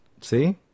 See